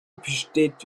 besteht